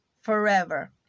forever